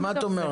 מה את אומרת?